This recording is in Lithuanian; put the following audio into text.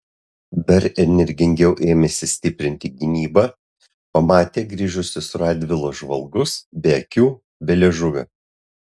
dar energingiau ėmėsi stiprinti gynybą pamatę grįžusius radvilos žvalgus be akių be liežuvio